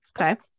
Okay